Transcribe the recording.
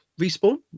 Respawn